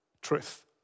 truth